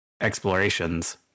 explorations